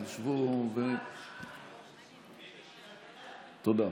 תודה.